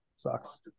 Sucks